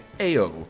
AO